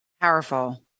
Powerful